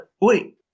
wait